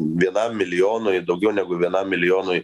vienam milijonui daugiau negu vienam milijonui